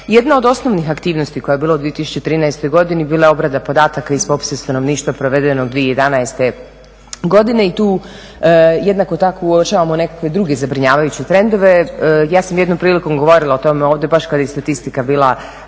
Jedna od osnovnih aktivnosti koja je bila u 2013. godini bila je obrada podataka iz popisa stanovništva provedeno 2011. i tu jednako tako uočavamo nekakve druge zabrinjavajuće trendove. Ja sam jednom prilikom govorila o tome ovdje baš kad je statistika bila